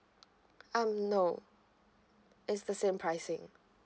um no it's the same pricing